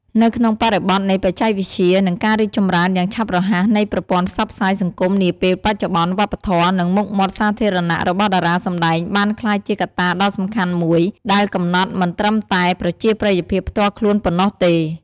នៅក្នុងបរិបទនៃបច្ចេកវិទ្យា និងការរីកចម្រើនយ៉ាងឆាប់រហ័សនៃប្រព័ន្ធផ្សព្វផ្សាយសង្គមនាពេលបច្ចុប្បន្ន វប្បធម៌ និងមុខមាត់សាធារណៈរបស់តារាសម្ដែងបានក្លាយជាកត្តាដ៏សំខាន់មួយដែលកំណត់មិនត្រឹមតែប្រជាប្រិយភាពផ្ទាល់ខ្លួនប៉ុណ្ណោះទេ។